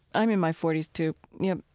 i'm in my forty s too. you know,